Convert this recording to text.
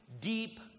deep